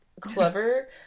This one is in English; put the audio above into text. clever